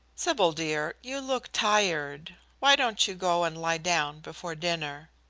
sybil, dear, you look tired. why don't you go and lie down before dinner?